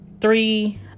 three